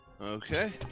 Okay